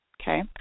okay